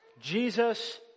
Jesus